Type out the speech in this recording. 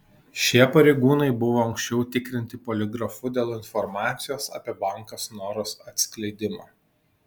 šie pareigūnai buvo anksčiau tikrinti poligrafu dėl informacijos apie banką snoras atskleidimo